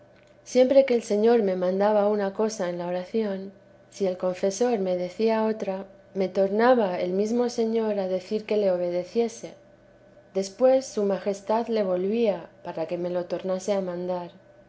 siempre que el señor me mandaba una cosa en la oración si el confesor me decía otra me tornaba el mesmo señor á decir que le obedeciese después su majestad le volvía para que me lo tornase a mandar